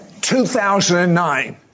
2009